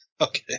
Okay